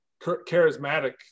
charismatic